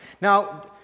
Now